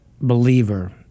believer